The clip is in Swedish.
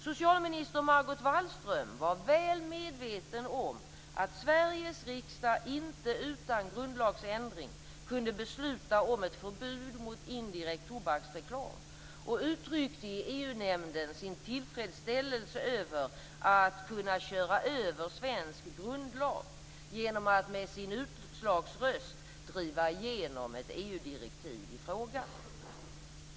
Socialminister Margot Wallström var väl medveten om att Sveriges riksdag inte utan grundlagsändring kunde besluta om ett förbud mot indirekt tobaksreklam och uttryckte i EU-nämnden sin tillfredsställelse över att kunna köra över svensk grundlag genom att med sin utslagsröst driva igenom ett EU-direktiv i frågan.